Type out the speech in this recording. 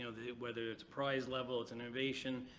know, whether it's prize level, it's innovation,